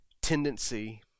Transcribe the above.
tendency